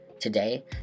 Today